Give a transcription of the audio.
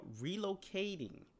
relocating